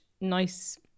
nice